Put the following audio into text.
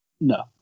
No